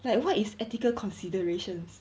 like what is ethical considerations